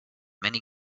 many